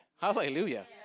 Hallelujah